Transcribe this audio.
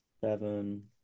seven